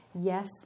Yes